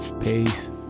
Peace